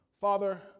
Father